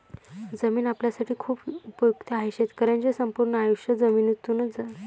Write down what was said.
जमीन आपल्यासाठी खूप उपयुक्त आहे, शेतकऱ्यांचे संपूर्ण आयुष्य जमिनीतूनच चालते